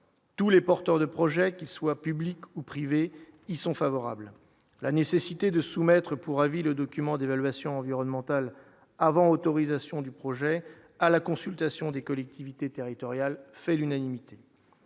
tous les porteurs de projets, qu'ils soient publics ou privés y sont favorables, la nécessité de soumettre pour avis le document d'évaluation environnementale avant autorisation du projet à la consultation des collectivités territoriales, fait l'unanimité.